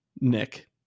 Nick